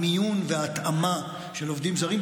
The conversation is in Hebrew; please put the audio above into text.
המיון והתאמה של עובדים זרים,